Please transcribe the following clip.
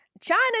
China